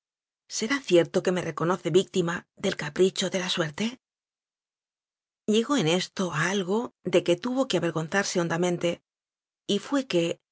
será cierto que me reconoce víctima del capricho de la suerte llegó en esto a algo de que tuvo que aver gonzarse hondamente y fué que